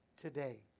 today